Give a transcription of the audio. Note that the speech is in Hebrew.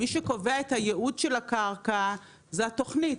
מי שקובע את הייעוד של הקרקע זו התכנית,